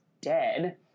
dead